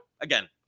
again